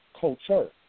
culture